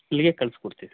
ಅಲ್ಲಿಗೆ ಕಳಿಸ್ಕೊಡ್ತಿವಿ